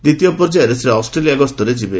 ଦ୍ୱିତୀୟ ପର୍ଯ୍ୟାରେ ସେ ଅଷ୍ଟ୍ରେଲିଆ ଗସରେ ଯିବେ